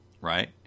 right